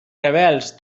rebels